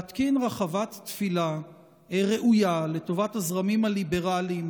להתקין רחבת תפילה ראויה לטובת הזרמים הליברליים